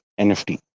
NFT